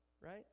right